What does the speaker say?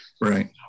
Right